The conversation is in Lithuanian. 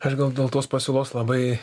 aš gal dėl tos pasiūlos labai